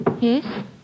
Yes